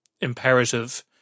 imperative